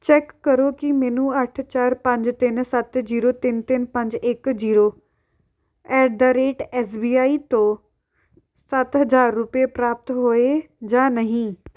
check ਕਰੋ ਕਿ ਮੈਨੂੰ ਅੱਠ ਚਾਰ ਪੰਜ ਤਿੰਨ ਸੱਤ ਜ਼ੀਰੋ ਤਿੰਨ ਤਿੰਨ ਪੰਜ ਇੱਕ zero at the rate S B I ਤੋਂ ਸੱਤ ਹਜ਼ਾਰ ਰੁਪਏ ਪ੍ਰਾਪਤ ਹੋਏ ਜਾਂ ਨਹੀਂ